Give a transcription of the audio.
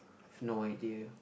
I have no idea